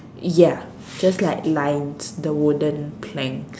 ya just like lines the wooden plank